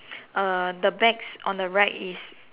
uh the bags on the right is